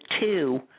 two